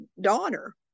daughter